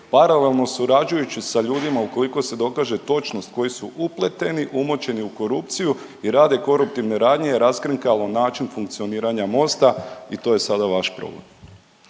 paralelno surađujući sa ljudima ukoliko se dokaže točnost, koji su upleteni, umočeni u korupciju i rade koruptivne radnje je raskrinkalo način funkcioniranja Mosta i to je sada vaš problem.